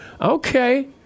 Okay